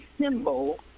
symbol